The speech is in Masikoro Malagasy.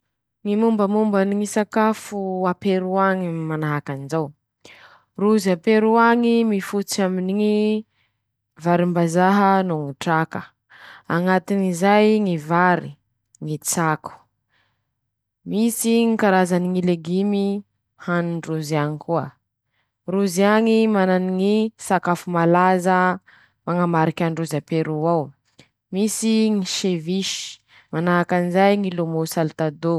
Ñy mombamomba ny ñy sakafo a Peró manahakan'izao: Rozy a Pero añy mifototsy aminy ñy varimbazaha noho ñy traka, añatin'izay ñy vary, ñy tsako, misy ñy karazany ñy legimy hanindrozy añy koa, rozy añy mana ñy sakafo malaza mañamariky androzy a Pero ao, misy ñy sevisy, manahakan'izay ñy lômôsalit.